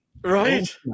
Right